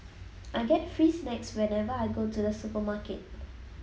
I get free snacks whenever I go to the supermarket